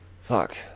Fuck